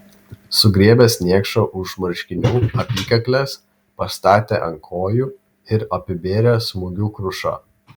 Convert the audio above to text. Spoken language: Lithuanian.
sugriebęs niekšą už marškinių apykaklės pastatė ant kojų ir apibėrė smūgių kruša